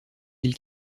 îles